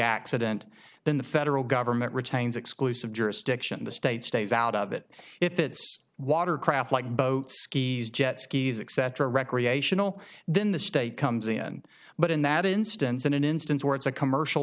accident then the federal government retains exclusive jurisdiction the state stays out of it if it's water craft like boat skis jet skis except for recreational then the state comes in but in that instance in an instance where it's a commercial